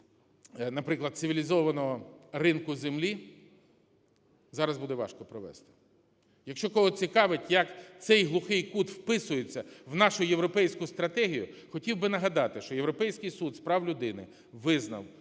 наприклад, цивілізованого ринку землі зараз буде важко провести. Якщо когось цікавить, як цей глухий кут вписується в нашу європейську стратегію, хотів би нагадати, що Європейський суд з прав людини визнав,